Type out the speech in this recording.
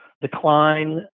decline